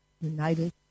united